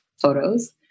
photos